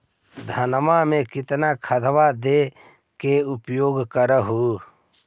धानमा मे कितना खदबा के उपयोग कर हू?